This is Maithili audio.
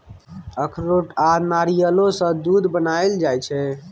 अखरोट आ नारियलो सँ दूध बनाएल जाइ छै